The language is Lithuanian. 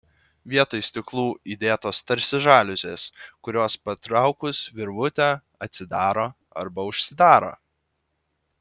vietoj stiklų įdėtos tarsi žaliuzės kurios patraukus virvutę atsidaro arba užsidaro